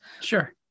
Sure